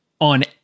on